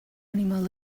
animal